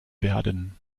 werden